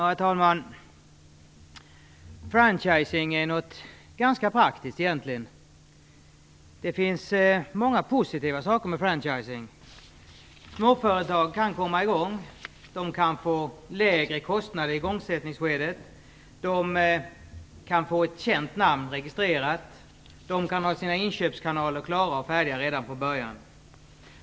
Herr talman! Franchising är något ganska praktiskt, egentligen. Det finns många positiva saker med franchising. Småföretag kan komma i gång. De kan få lägre kostnader i igångsättningsskedet. De kan få ett känt namn registrerat. De kan ha sina inköpskanaler klara och färdiga redan från början.